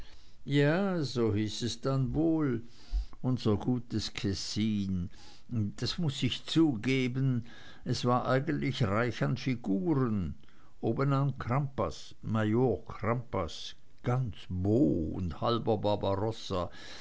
ja so hieß es dann wohl unser gutes kessin das muß ich zugeben es war eigentlich reich an figuren obenan crampas major crampas ganz beau und halber barbarossa